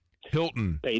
Hilton